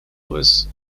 was